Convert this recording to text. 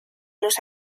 los